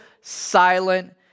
silent